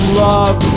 love